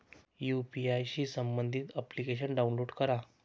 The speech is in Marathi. यू.पी.आय शी संबंधित अप्लिकेशन डाऊनलोड करा